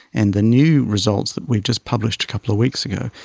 and the new results that we've just published a couple of weeks ago,